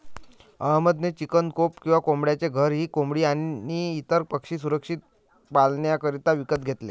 अहमद ने chicken coop किंवा कोंबड्यांचे घर ही कोंबडी आणी इतर पक्षी सुरक्षित पाल्ण्याकरिता विकत घेतले